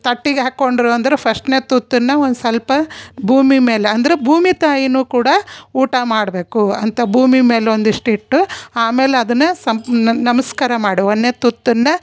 ತಟ್ಟಿಗೆ ಹಾಕೊಂಡ್ರು ಅಂದ್ರೆ ಫಸ್ಟ್ನೆ ತುತ್ತನ್ನು ಒಂದು ಸಲ್ಪ ಭೂಮಿ ಮೇಲೆ ಅಂದ್ರೆ ಭೂಮಿ ತಾಯಿಯೂ ಕೂಡ ಊಟ ಮಾಡಬೇಕು ಅಂತ ಭೂಮಿ ಮೇಲೆ ಒಂದಿಷ್ಟು ಇಟ್ಟು ಆಮೇಲೆ ಅದನ್ನು ಸಂಪ್ನ್ ನಮಸ್ಕಾರ ಮಾಡಿ ಒಂದನೇ ತುತ್ತನ್ನು